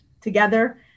together